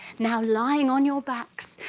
now lying on your backs,